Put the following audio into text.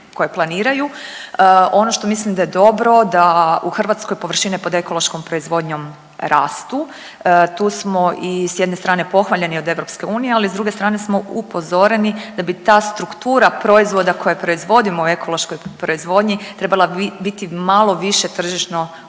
Ono što mislim da je dobro da u Hrvatskoj površine pod ekološkom proizvodnjom rastu, tu smo i s jedne strane pohvaljeni od EU, ali s druge strane smo upozoreni da bi ta struktura proizvoda koje proizvodimo u ekološkoj proizvodnji trebala biti malo više tržišno orijentirana.